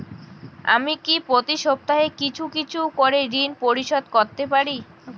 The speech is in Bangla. আমি কি প্রতি সপ্তাহে কিছু কিছু করে ঋন পরিশোধ করতে পারি?